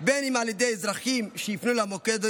בין אם על ידי אזרחים שיפנו למוקד,